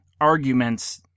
arguments